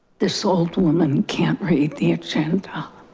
this old woman can't read the agenda.